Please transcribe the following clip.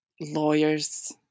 lawyers